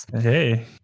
Hey